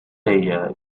layer